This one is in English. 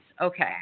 okay